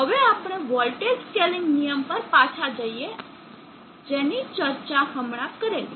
હવે આપણે voltage scaling નિયમ પર પાછા જઈએ જેની હમણાં ચર્ચા કરેલી